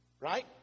Right